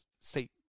state